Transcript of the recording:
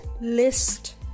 list